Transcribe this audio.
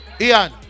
Ian